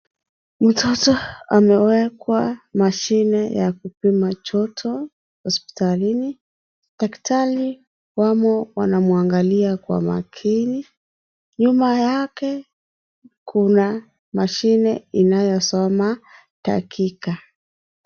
Mtoto amewekwa mashine ya kupima joto hospitalini, daktari wamo wanamuangalia kwa makini. Nyuma yake kuna mashine inayosoma dakika.